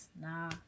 nah